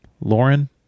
Lauren